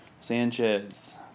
Sanchez